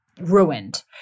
ruined